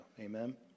Amen